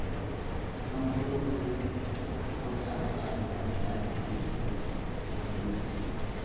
कम करो तो वही बहुत ज़्यादा तारीफ करने लायक की चीज़ है थैंक्यू